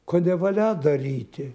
ko nevalia daryti